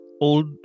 old